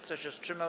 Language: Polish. Kto się wstrzymał?